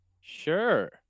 Sure